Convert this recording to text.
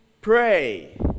pray